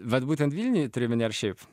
vat būtent vilniuj turi omeny ar šiaip